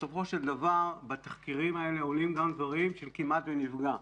בסופו של דבר בתחקירים האלה עולים גם דברים של כמעט ונפגע.